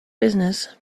business